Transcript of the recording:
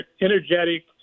energetic